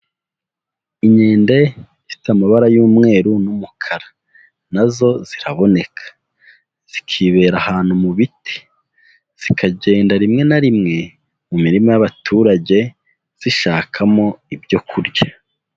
Inkende ifite amabara y'umweru n'umukara. Na zo ziraboneka. Zikibera ahantu mu biti. Zikagenda rimwe na rimwe mu mirima y'abaturage zishakamo ibyo kurya.